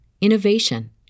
innovation